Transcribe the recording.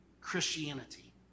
Christianity